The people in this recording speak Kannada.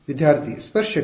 ವಿದ್ಯಾರ್ಥಿ ಸ್ಪರ್ಶಕ